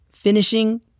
Finishing